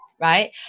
right